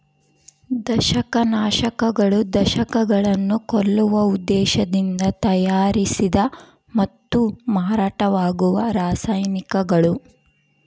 ದಂಶಕನಾಶಕಗಳು ದಂಶಕಗಳನ್ನು ಕೊಲ್ಲುವ ಉದ್ದೇಶದಿಂದ ತಯಾರಿಸಿದ ಮತ್ತು ಮಾರಾಟವಾಗುವ ರಾಸಾಯನಿಕಗಳು